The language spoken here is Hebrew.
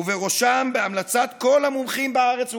ובראשם, בהמלצת כל המומחים בארץ ובעולם,